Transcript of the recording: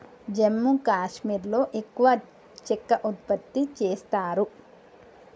జమ్మూ కాశ్మీర్లో ఎక్కువ చెక్క ఉత్పత్తి చేస్తారు